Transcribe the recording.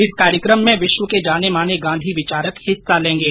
इस कार्यक्रम में विश्व के जाने माने गांधी विचारक हिस्सा लेंगे